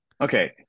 Okay